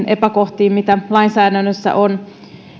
epäkohtiin mitä lainsäädännössä on